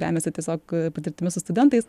remiasi tiesiog patirtimi su studentais